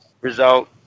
result